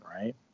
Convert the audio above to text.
right